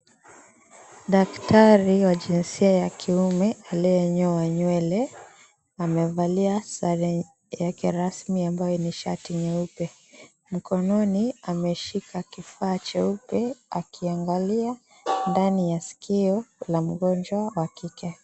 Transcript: Daktari wa jinsia ya kiume aliyenyoa nywele amevalia sare yake ya rasmi ambayo ni shati nyeupe, mkononi ameshika kifaa cheupe akiangalia ndani ya sikio la mgonjwa wa kike.